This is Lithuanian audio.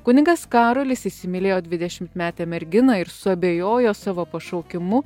kunigas karolis įsimylėjo dvidešimtmetę merginą ir suabejojo savo pašaukimu